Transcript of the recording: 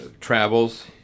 travels